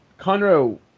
Conroe